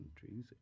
countries